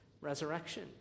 resurrection